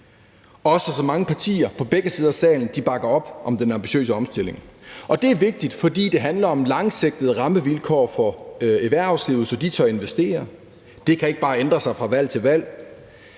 og så mange partier på begge sider af salen bakker op om den ambitiøse omstilling. Det er vigtigt, fordi det handler om langsigtede rammevilkår for erhvervslivet, så de tør investere. Det kan ikke bare ændre sig fra valg til valg.